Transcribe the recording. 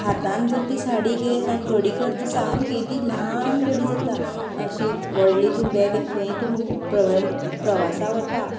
हातांत जर ती साडी घेन आनी घडी करून पळयली जाल्यार एदी ल्हान घडी जाता अशी व्हडली तूं बेग घेवन खंय प्रवासाक वता